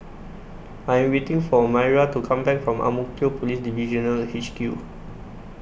I Am waiting For Myra to Come Back from Ang Mo Kio Police Divisional H Q